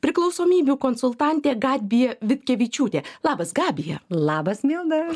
priklausomybių konsultantė gabija vitkevičiūtė labas gabija